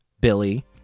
Billy